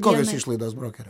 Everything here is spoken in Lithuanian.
kokios išlaidos brokerio